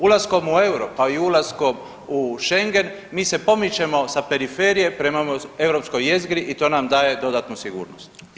Ulaskom u euro, pa i ulaskom u šengen mi se pomičemo sa periferije prema europskoj jezgri i to nam daje dodatnu sigurnost.